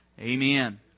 Amen